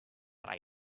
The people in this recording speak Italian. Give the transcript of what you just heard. tra